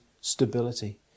stability